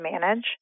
manage